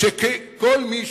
שכל מי